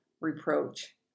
reproach